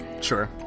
Sure